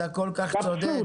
שריקי, אתה כל כך צודק.